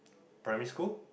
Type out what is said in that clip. primary school